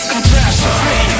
Catastrophe